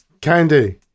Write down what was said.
Candy